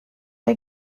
are